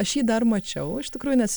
aš jį dar mačiau iš tikrųjų nes